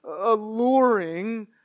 alluring